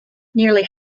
nearly